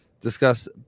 discuss